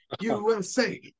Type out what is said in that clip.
USA